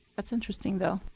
that's interesting they're